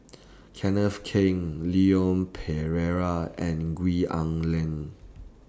Kenneth Keng Leon Perera and Gwee Leng